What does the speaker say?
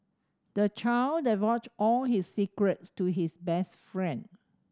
the child divulged all his secrets to his best friend